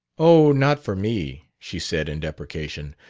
oh, not for me! she said in deprecation.